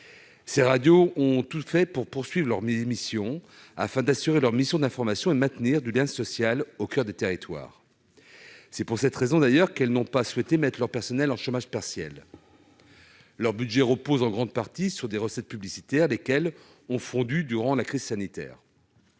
Ces radios ont tout fait pour poursuivre leur travail afin d'assurer leur mission d'information et de maintenir du lien social au coeur des territoires. C'est pour cette raison qu'elles n'ont pas souhaité mettre leur personnel en chômage partiel. Leur budget repose en grande partie sur des recettes publicitaires, qui ont fondu durant la crise sanitaire.